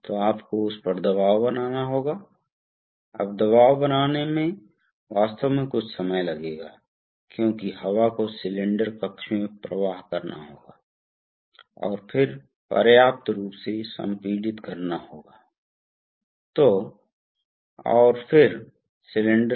तो ये आम तौर पर बहुत सटीक उपकरण हैं काफी महंगे बनाने में मुश्किल निर्माण और मुख्य रूप से बहुत उच्च शक्ति भार के सटीक गति के लिए उपयोग करने के लिए इसलिए हम आनुपातिक वाल्व के साथ शुरू करेंगे